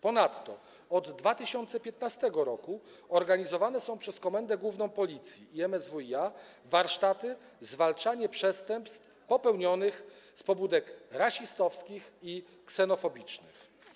Ponadto od 2015 r. organizowane są przez Komendę Główną Policji i MSWiA warsztaty „Zwalczanie przestępstw popełnionych z pobudek rasistowskich i ksenofobicznych”